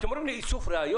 אתם אומרים לי איסוף ראיות?